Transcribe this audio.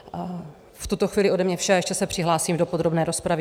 V tuto chvíli ode mě vše a ještě se přihlásím do podrobné rozpravy.